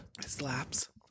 slaps